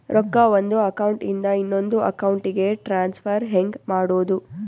ರೊಕ್ಕ ಒಂದು ಅಕೌಂಟ್ ಇಂದ ಇನ್ನೊಂದು ಅಕೌಂಟಿಗೆ ಟ್ರಾನ್ಸ್ಫರ್ ಹೆಂಗ್ ಮಾಡೋದು?